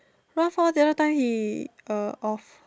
Ralph lor the other time he uh off